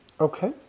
Okay